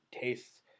tastes